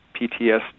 PTSD